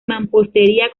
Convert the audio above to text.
mampostería